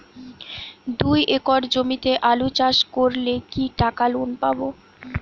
দুই একর জমিতে আলু চাষ করলে কি টাকা লোন পাবো?